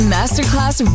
Masterclass